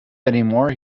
anymore